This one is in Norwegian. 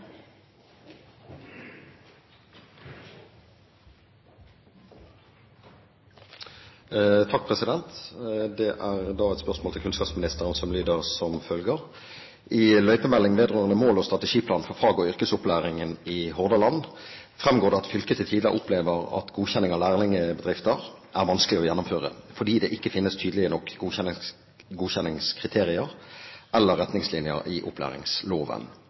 et spørsmål til kunnskapsministeren, som lyder som følger: «I «Løypemelding – Mål og strategiplan for fag- og yrkesopplæringa i Hordaland» fremgår det at fylket til tider opplever at godkjenning av lærlingbedrifter er vanskelig å gjennomføre, fordi det ikke finnes tydelige nok godkjenningskriterier eller retningslinjer i opplæringsloven.